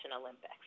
Olympics